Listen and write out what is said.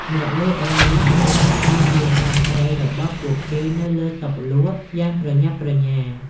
អ្នកលក់រាយ បានចាប់ផ្តើមរៀបចំត្រីរបស់ពួកគេនៅលើតុលក់យ៉ាងប្រញាប់ប្រញាល់។